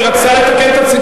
היא רצתה לתקן את הציטוט,